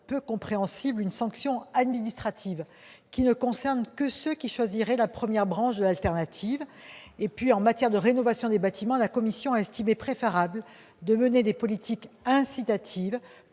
peu compréhensible, une sanction administrative qui ne concernerait que ceux qui choisiraient la première branche de l'alternative. Ensuite, en matière de rénovation des bâtiments, la commission juge préférable de mener des politiques incitatives,